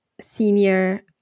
senior